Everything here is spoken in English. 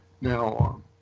Now